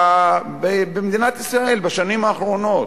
במדינת ישראל בשנים האחרונות,